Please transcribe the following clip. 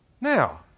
Now